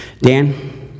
Dan